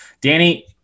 Danny